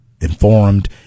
informed